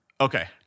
Okay